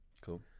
Cool